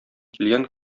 килгән